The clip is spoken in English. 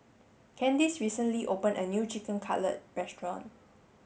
Candis recently opened a new Chicken Cutlet restaurant